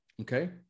okay